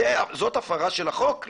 זאת הפרה של החוק לכאורה,